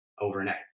overnight